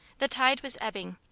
the tide was ebbing,